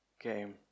game